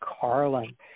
Carlin